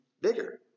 bigger